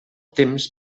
temps